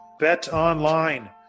BetOnline